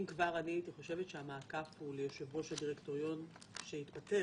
אני חושב שהמשפחה נותנת בי אמון, לזה התכוונתי.